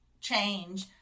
change